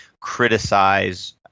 criticize